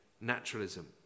naturalism